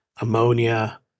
ammonia